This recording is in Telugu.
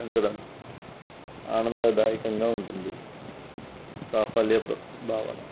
పెంచడం ఆనందదాయకంగా ఉంటుంది సాఫల్య భావన